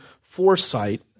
foresight